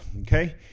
okay